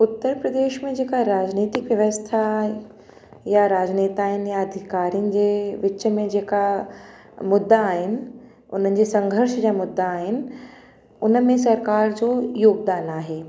उत्तर प्रदेश में जे का राजनैतिक व्यवस्था या राजनेता आहिनि या अधिकारियुनि जे विच में जे का मुद्दा आहिनि उन्हनि जे संघर्ष जा मुद्दा आहिनि हुन में सरकारि जो योगदानु आहे